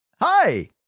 Hi